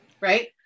right